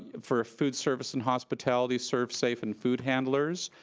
for food service and hospitality, serve safe and food handlers.